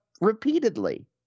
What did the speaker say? repeatedly